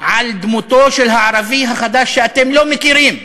על דמותו של הערבי החדש, שאתם לא מכירים,